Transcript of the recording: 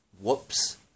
Whoops